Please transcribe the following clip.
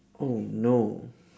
oh no